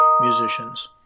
musicians